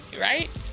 right